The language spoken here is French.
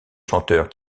chanteurs